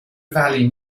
valley